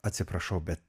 atsiprašau bet